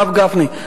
הרב גפני,